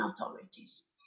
authorities